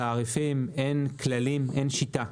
בתעריפים, אין כללים, אין שיטה,